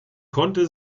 konnte